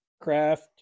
craft